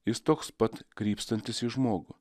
jis toks pat krypstantis į žmogų